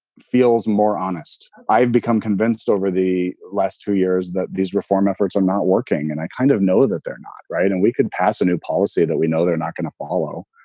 feels more honest. i've become convinced over the last two years that these reform efforts are not working. and i kind of know that they're not right. and we can pass a new policy that we know they're not going to follow.